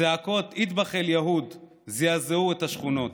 צעקות "אד'בח אל-יהוד" זעזעו את השכונות,